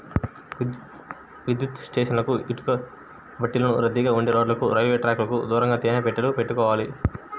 విద్యుత్ స్టేషన్లకు, ఇటుకబట్టీలకు, రద్దీగా ఉండే రోడ్లకు, రైల్వే ట్రాకుకు దూరంగా తేనె పెట్టెలు పెట్టుకోవాలి